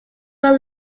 would